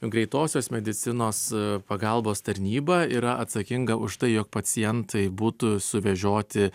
greitosios medicinos pagalbos tarnyba yra atsakinga už tai jog pacientai būtų suvežioti